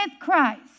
Christ